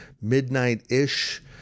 Midnight-ish